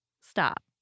stop